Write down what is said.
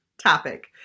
Topic